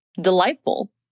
delightful